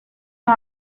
you